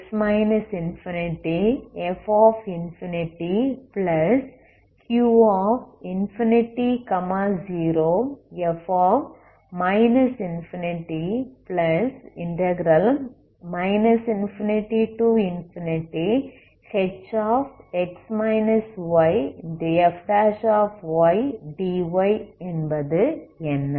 x0 Hx ∞fQ∞0f ∞ ∞Hfdy என்பது என்ன